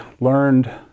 learned